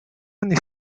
anni